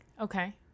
Okay